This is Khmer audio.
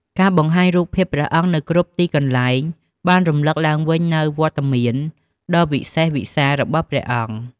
ការបង្ហាញរូបភាពព្រះអង្គនៅគ្រប់ទីកន្លែងបានរំលឹកឡើងវិញនូវវត្តមានដ៏វិសេសវិសាលរបស់ព្រះអង្គ។